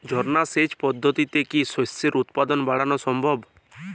ঝর্না সেচ পদ্ধতিতে কি শস্যের উৎপাদন বাড়ানো সম্ভব?